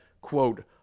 quote